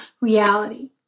reality